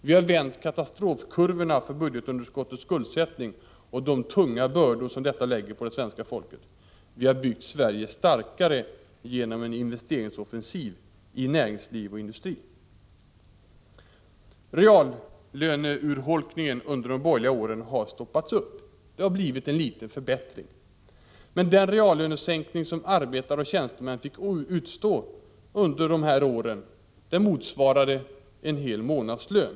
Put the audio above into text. Vi har vänt katastrofkurvorna när det gäller budgetunderskottet och den därmed sammanhängande skuldsättningen samt de tunga bördor som därigenom läggs på det svenska folket. Vi har byggt Sverige starkare genom en investeringsoffensiv inom näringsliv och industri. Den urholkning av reallönerna som skedde under de borgerliga åren har stoppats. Det har blivit en liten förbättring. Den reallönesänkning som arbetare och tjänstemän fick utstå under de borgerliga åren motsvarade en hel månadslön.